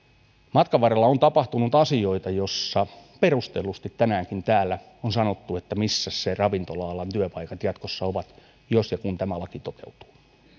matkan varrella on tapahtunut asioita joista perustellusti tänäänkin täällä on sanottu että missä ne ravintola alan työpaikat jatkossa ovat jos ja kun tämä laki toteutuu